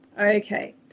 Okay